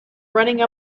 running